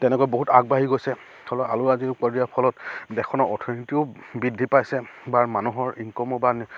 তেনেকৈ বহুত আগবাঢ়ি গৈছে ফলত আলু আদি ওপৰত দিয়াৰ ফলত দেশখনৰ অৰ্থনীতিও বৃদ্ধি পাইছে বা মানুহৰ ইনকমো বা